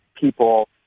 people